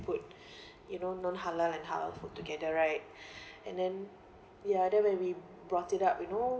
put you know non halal and halal food together right and then ya then when we brought it up you know